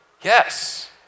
Yes